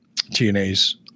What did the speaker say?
TNA's